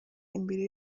imbere